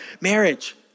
marriage